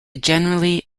generally